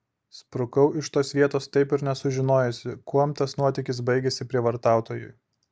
sprukau iš tos vietos taip ir nesužinojusi kuom tas nuotykis baigėsi prievartautojui